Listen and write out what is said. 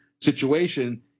situation